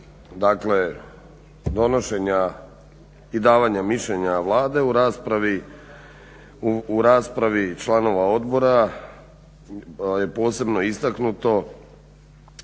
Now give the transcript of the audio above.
Nakon donošenja i davanja mišljenja Vlade u raspravi članova odbora je posebno istaknuto,